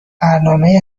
برنامهی